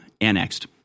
annexed